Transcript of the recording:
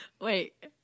wait